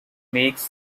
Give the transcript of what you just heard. makes